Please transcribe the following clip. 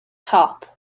cop